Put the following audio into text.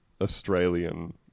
Australian